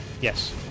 Yes